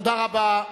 תודה רבה.